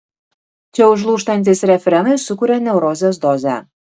čia užlūžtantys refrenai sukuria neurozės dozę